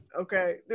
Okay